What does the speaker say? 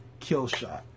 Killshot